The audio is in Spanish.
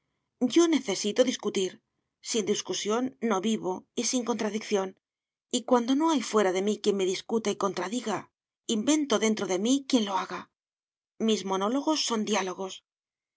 yo necesito discutir sin discusión no vivo y sin contradicción y cuando no hay fuera de mí quien me discuta y contradiga invento dentro de mí quien lo haga mis monólogos son diálogos